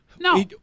No